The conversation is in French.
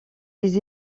des